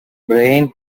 brain